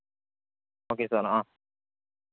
okay sir ആ